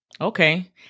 Okay